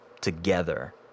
together